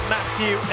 Matthew